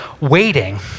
waiting